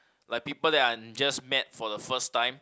like people that I just met for the first time